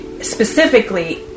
Specifically